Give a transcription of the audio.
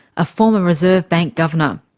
a former reserve bank governor.